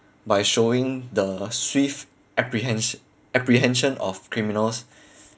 by showing the swift apprehens~ apprehension of criminals